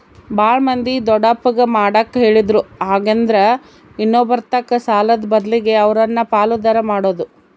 ಬಾಳ ಮಂದಿ ದೊಡ್ಡಪ್ಪಗ ಮಾಡಕ ಹೇಳಿದ್ರು ಹಾಗೆಂದ್ರ ಇನ್ನೊಬ್ಬರತಕ ಸಾಲದ ಬದ್ಲಗೆ ಅವರನ್ನ ಪಾಲುದಾರ ಮಾಡೊದು